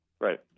Right